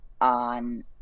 on